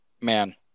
Man